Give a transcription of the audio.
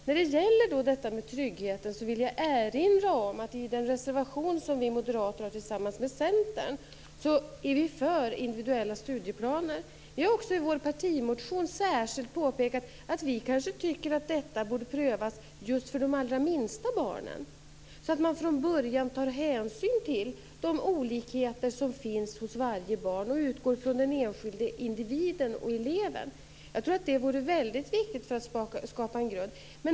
När det gäller tryggheten vill jag erinra om att det i den reservation som vi moderater har tillsammans med Centern framgår att vi är för individuella studieplaner. Vi har också i vår partimotion särskilt påpekat att vi kanske tycker att detta borde prövas just för de allra minsta barnen, så att man från början tar hänsyn till de olikheter som finns hos barn och utgår från den enskilda individen och eleven. Jag tror att det vore väldigt viktigt för att skapa en grund.